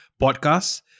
podcasts